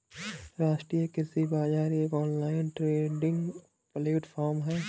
राष्ट्रीय कृषि बाजार एक ऑनलाइन ट्रेडिंग प्लेटफॉर्म है